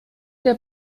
der